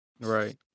Right